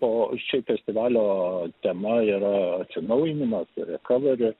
o šiaip festivalio tema yra atsinaujinimas recovery